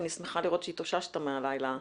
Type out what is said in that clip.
אני שמחה לראות שהתאוששת מהלילה הארוך.